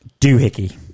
Doohickey